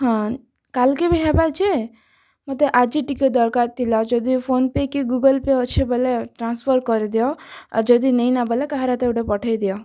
ହଁ କାଲ କେ ବି ହେବ ଯେ ମୋତେ ଆଜି ଟିକେ ଦରକାର ଥିଲା ଯଦି ଫୋନ ପେ କି ଗୁଗଲ୍ ପେ ଅଛି ବେଲେ ଟ୍ରାନ୍ସଫର୍ କରିଦିଅ ଯଦି ନାଇଁ ନା ବେଳେ କାହାର୍ ହାତରେ ଗୋଟେ ପଠାଇ ଦିଅ